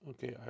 Okay